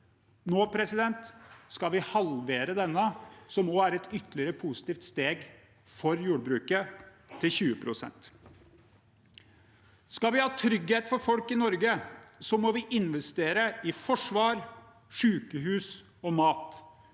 Nå skal vi halvere denne, som også er et ytterligere positivt steg for jordbruket, til 20 pst. Skal vi ha trygghet for folk i Norge, må vi investere i forsvar, sykehus og mat,